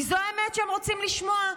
כי זו האמת שהם רוצים לשמוע,